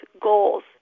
goals